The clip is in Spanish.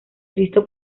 cristo